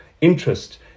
interest